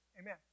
Amen